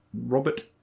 Robert